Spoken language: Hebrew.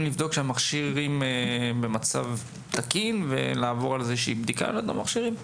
לבדוק שהמכשירים במצב תקין ולבדוק את המכשירים?